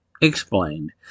explained